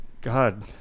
God